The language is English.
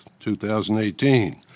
2018